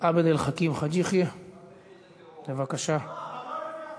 "תג מחיר"